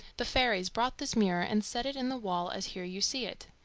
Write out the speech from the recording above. the fairies brought this mirror and set it in the wall as here you see it.